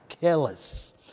careless